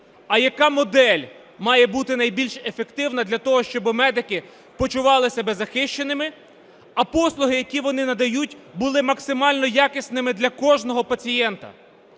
а яка модель має бути найбільш ефективна для того, щоби медики почували себе захищеними, а послуги, які вони надають, були максимально якісними для кожного пацієнта.